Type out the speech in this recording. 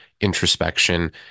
introspection